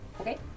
Okay